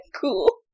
cool